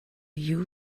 you